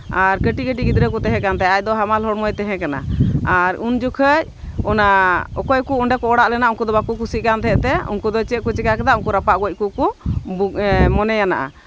ᱟᱨ ᱠᱟᱹᱴᱤᱡ ᱠᱟᱹᱴᱤᱡ ᱜᱤᱫᱽᱨᱟᱹ ᱠᱚ ᱛᱟᱦᱮᱸ ᱠᱟᱱ ᱛᱟᱭᱟ ᱟᱡ ᱫᱚ ᱦᱟᱢᱟᱞ ᱦᱚᱲᱢᱚᱭ ᱛᱟᱦᱮᱸ ᱠᱟᱱᱟ ᱟᱨ ᱩᱱ ᱡᱚᱠᱷᱚᱡ ᱚᱱᱟ ᱚᱠᱚᱭ ᱠᱚ ᱚᱸᱰᱮ ᱠᱚ ᱚᱲᱟᱜ ᱞᱮᱱᱟ ᱩᱱᱠᱩ ᱫᱚ ᱵᱟᱠᱚ ᱠᱩᱥᱤᱜ ᱠᱟᱱ ᱛᱟᱦᱮᱸᱜ ᱛᱮ ᱩᱱᱠᱩ ᱫᱚ ᱪᱮᱫ ᱠᱚ ᱪᱤᱠᱟ ᱠᱮᱫᱟ ᱩᱱᱠᱩ ᱨᱟᱯᱟᱜ ᱜᱚᱡ ᱠᱚᱠᱚ ᱢᱚᱱᱮᱭᱟᱱᱟ